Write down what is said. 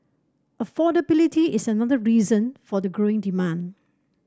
affordability is another reason for the growing demand